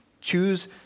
choose